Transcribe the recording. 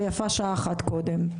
ויפה שעה אחת קודם.